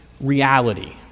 reality